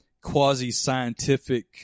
quasi-scientific